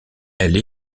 elle